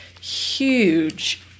huge